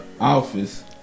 office